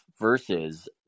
versus